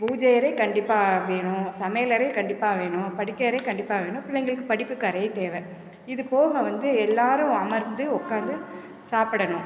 பூஜை அறை கண்டிப்பாக வேணும் சமையல் அறை கண்டிப்பாக வேணும் படுக்கை அறை கண்டிப்பாக வேணும் பிள்ளைங்களுக்கு படிப்புக்கு அறை தேவை இது போக வந்து எல்லாரும் அமர்ந்து உட்காந்து சாப்பிடணும்